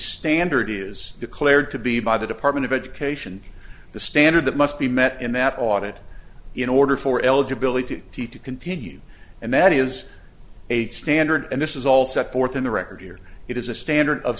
standard is declared to be by the department of education the standard that must be met in that audit in order for eligibility teeth to continue and that is a standard and this is all set forth in the record here it is a standard of